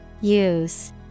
Use